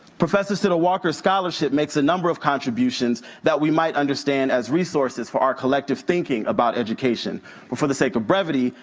professors siddle walker's scholarship makes a number of contributions that we might understand as resources for our collective thinking about education, but for the sake of brevity,